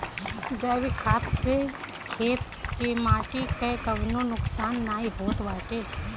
जैविक खाद से खेत के माटी कअ कवनो नुकसान नाइ होत बाटे